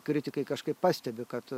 kritikai kažkaip pastebi kad